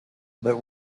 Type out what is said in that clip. but